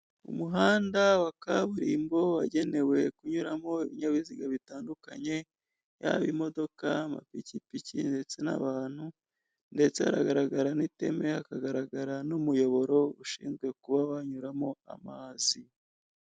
Umuhanda wa kaburimbo wagenewe kunyuramo ibinyabiziga bitandukanye, yaba imodoka, amapikipiki, ndetse n'abantu, ndetse haragaragara n'iteme hakagaragara n'umuyoboro ushinzwe kuba wanyuramo amazi.